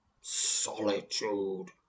solitude